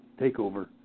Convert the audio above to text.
takeover